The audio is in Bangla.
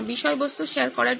বিষয়বস্তু শেয়ার করার জন্য